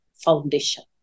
foundation